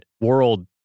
world